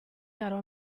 caro